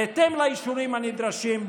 בהתאם לאישורים הנדרשים,